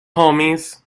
homies